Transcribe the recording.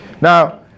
Now